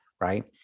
Right